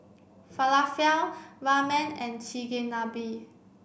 Falafel Ramen and Chigenabe